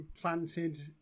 planted